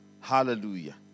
Hallelujah